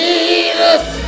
Jesus